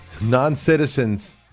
Non-citizens